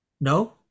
No